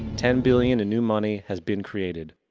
ten billion in new money has been created.